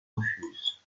refuse